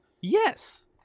yes